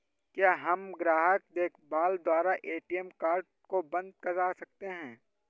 क्या हम ग्राहक देखभाल द्वारा ए.टी.एम कार्ड को बंद करा सकते हैं?